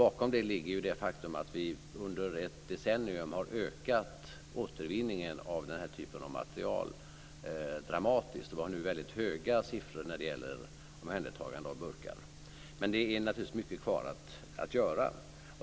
Bakom ligger det faktum att vi under ett decennium har ökat återvinningen av den typen av material dramatiskt. Det är nu höga siffror när det gäller omhändertagande av burkar. Det är naturligtvis mycket kvar att göra.